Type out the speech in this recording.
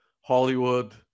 Hollywood